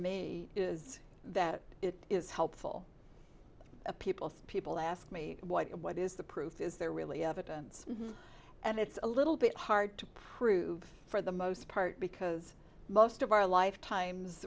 me is that it is helpful people people ask me what is the proof is there really evidence and it's a little bit hard to prove for the most part because most of our lifetimes